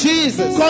Jesus